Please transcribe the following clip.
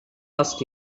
ask